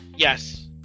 Yes